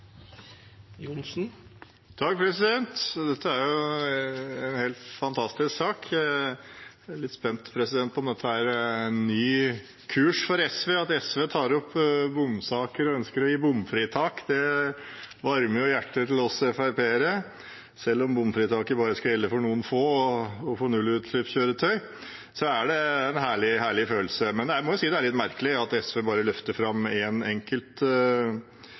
litt spent på om dette er en ny kurs for SV – at SV tar opp bompengesaker og ønsker å gi bompengefritak, varmer hjertet til oss FrP-ere. Selv om bompengefritaket bare skal gjelde for noen få og for nullutslippskjøretøy, er det en herlig følelse. Men jeg må si det er litt merkelig at SV bare løfter fram én enkelt